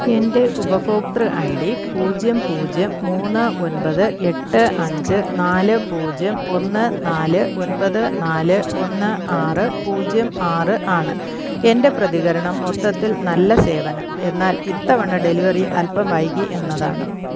എൻ്റെ ഉപഭോക്തൃ I D പൂജ്യം പൂജ്യം മൂന്ന് ഒൻപത് എട്ട് അഞ്ച് നാല് പൂജ്യം ഒന്ന് നാല് ഒൻപത് നാല് ഒന്ന് ആറ് പൂജ്യം ആറ് ആണ് എൻ്റെ പ്രതികരണം മൊത്തത്തിൽ നല്ല സേവനം എന്നാൽ ഇത്തവണ ഡെലിവറി അൽപ്പം വൈകി എന്നതാണ്